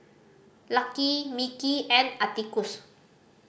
Lucky Mickey and Atticus